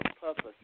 purpose